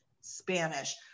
Spanish